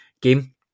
game